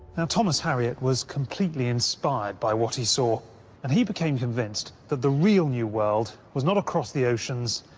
and thomas harriot was completely inspired by what he saw and he became convinced that the real new world was not across the oceans,